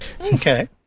Okay